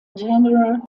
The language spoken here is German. general